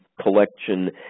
collection